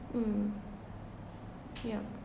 um yeah